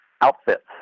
outfits